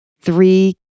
three